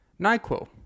NyQuil